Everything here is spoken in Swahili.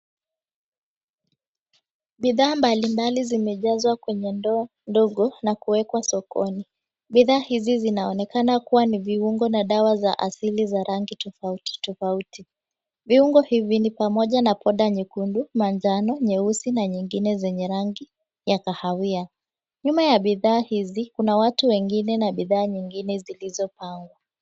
Bidhaa mbalimbali zimejazwa kwenye ndoo ndogo na kuwekwa sokoni. Bidhaa hizi zinaonekana kuwa ni viungo na dawa za asili za rangi tofauti tofauti. Viungo hivi ni pamoja na poda nyekundu, manjano, nyeusi na nyingine zenye rangi ya kahawia. Nyuma ya bidhaa hizi kuna watu wengine na bidhaa nyingine zilizopangwa.